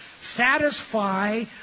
satisfy